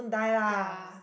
yeah